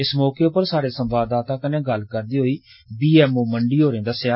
इस मौके उप्पर साहडे संवाददाता कन्नै गल्ल करदे होई बी एम ओ मंडी होरें गलाया